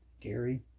Gary